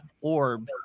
orb